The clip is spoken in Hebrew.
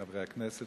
חברי הכנסת,